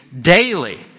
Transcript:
daily